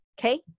okay